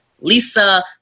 Lisa